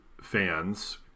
fans